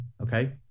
Okay